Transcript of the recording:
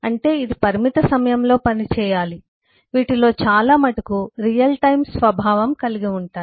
అంటే ఇది పరిమిత సమయంలో పనిచేయాలి వీటిలో చాలా మటుకు రియల్ టైం స్వభావం కలిగి ఉంటాయి